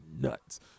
nuts